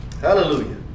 Hallelujah